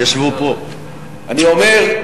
אני אומר: